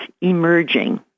emerging